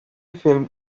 filmed